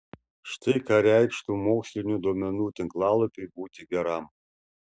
štai ką reikštų mokslinių duomenų tinklalapiui būti geram